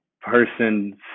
person